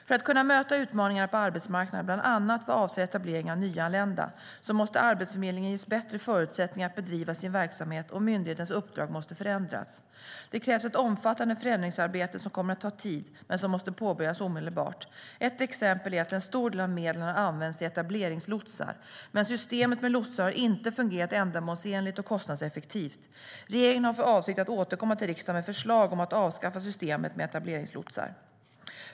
För att kunna möta utmaningarna på arbetsmarknaden, bland annat vad avser etableringen av nyanlända, måste Arbetsförmedlingen ges bättre förutsättningar att bedriva sin verksamhet, och myndighetens uppdrag måste förändras. Det krävs ett omfattande förändringsarbete som kommer att ta tid men som måste påbörjas omedelbart. Ett exempel är att en stor del av medlen har använts till etableringslotsar, men systemet med lotsar har inte fungerat ändamålsenligt och kostnadseffektivt. Regeringen har för avsikt att återkomma till riksdagen med förslag om att avskaffa systemet med etableringslotsar.